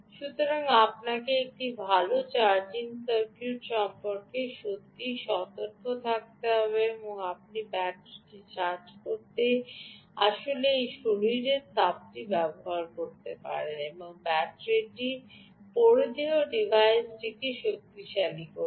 সুতরাং আপনাকে একটি ভাল চার্জিং সার্কিট সম্পর্কে সত্যই সতর্ক থাকতে হবে এবং আপনি ব্যাটারিটি চার্জ করতে আসলে এই শরীরের তাপটি ব্যবহার করতে পারেন এবং ব্যাটারিটি পরিধেয় ডিভাইসটিকে শক্তিশালী করছে